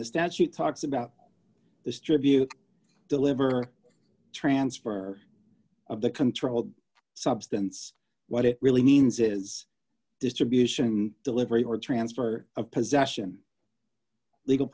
the statute talks about this job you deliver transfer of the controlled substance what it really means is distribution and delivery or transfer of possession legal